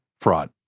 Fraud